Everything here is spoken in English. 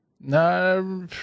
No